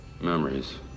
Memories